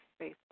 Facebook